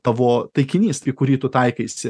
tavo taikinys į kurį tu taikaisi